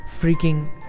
freaking